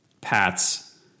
Pats